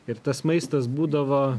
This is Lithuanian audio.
ir tas maistas būdavo